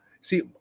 see